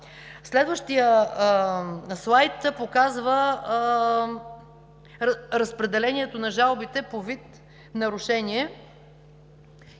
Следващият слайд показва разпределението на жалбите по вид нарушение.